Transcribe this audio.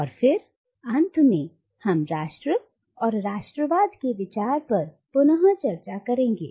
और फिर अंत में हम राष्ट्र और राष्ट्रवाद के विचार पर पुनः चर्चा करेंगे